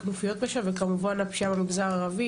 כנופיות פשע וכמובן הפשיעה במגזר הערבי